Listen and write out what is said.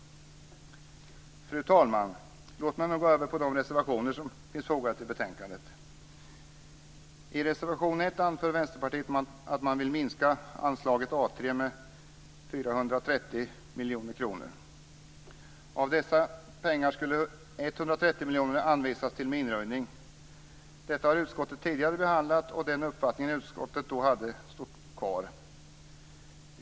Fru talman! Låt mig nu gå över till de reservationer som finns i betänkandet. I reservation 1 anför Vänsterpartiet att man vill minska anslaget A3 med miljoner kronor anvisas till minröjning. Detta har utskottet tidigare behandlat, och den uppfattning utskottet då hade står kvar.